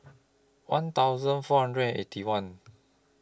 one thousand four hundred and Eighty One